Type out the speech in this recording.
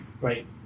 right